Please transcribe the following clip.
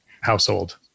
household